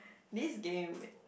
this game